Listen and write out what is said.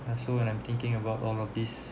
I feel when I'm thinking about all of this